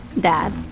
Dad